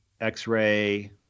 X-ray